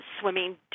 swimming